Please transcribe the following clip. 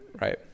right